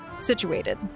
situated